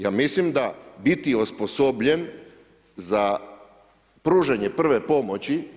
Ja mislim da biti osposobljen za pružanje prve pomoći.